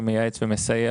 שמייעץ ומסייע